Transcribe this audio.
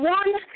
one